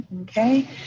Okay